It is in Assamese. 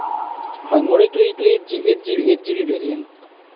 হয় মোৰ এইটো এইটো eight G eight G B eight G B variant